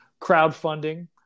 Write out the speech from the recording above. Crowdfunding